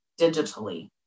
digitally